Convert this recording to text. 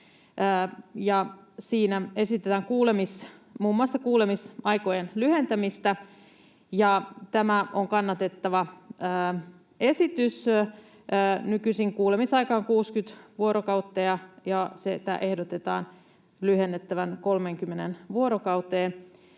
Siinä esitetään muun muassa kuulemisaikojen lyhentämistä, ja tämä on kannatettava esitys. Nykyisin kuulemisaika on 60 vuorokautta, ja sitä ehdotetaan lyhennettävän 30 vuorokauteen.